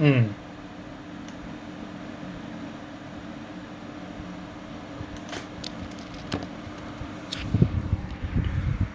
mm